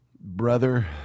brother